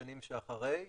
לשנים שאחרי.